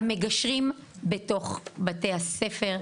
המגשרים בתוך בתי הספר.